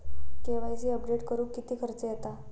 KYC update करुक किती खर्च येता?